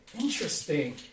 Interesting